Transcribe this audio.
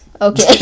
Okay